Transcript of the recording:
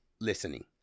listening